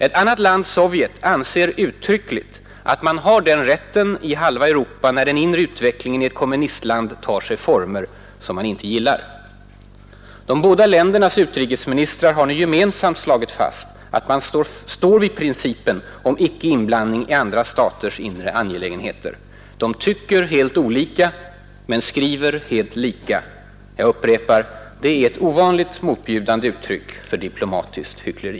Ett annat land, Sovjetunionen, anser sig uttryckligt ha den rätten i halva Europa, när utvecklingen i ett kommunistland tar sig former som Sovjetunionen inte gillar. De båda ländernas utrikesministrar har nu gemensamt slagit fast att man står fast vid principen om ”icke-inblandning i andra staters inre angelägenheter”. De tycker helt olika men skriver helt lika. Jag upprepar: Det är ett ovanligt motbjudande uttryck för diplomatiskt hyckleri.